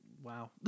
Wow